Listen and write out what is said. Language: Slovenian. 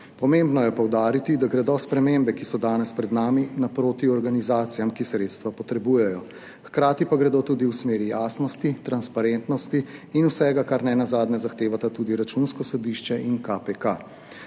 Pomembno je poudariti, da gredo spremembe, ki so danes pred nami, naproti organizacijam, ki sredstva potrebujejo, hkrati pa gredo tudi v smeri jasnosti, transparentnosti in vsega, kar ne nazadnje zahtevata tudi Računsko sodišče in KPK.